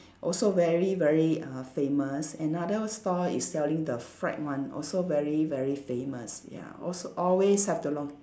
also very very uh famous another store is selling the fried one also very very famous ya also always have the long